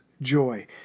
joy